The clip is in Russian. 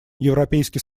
европейский